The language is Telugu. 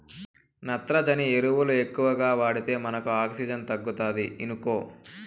నత్రజని ఎరువులు ఎక్కువగా వాడితే మనకు ఆక్సిజన్ తగ్గుతాది ఇనుకో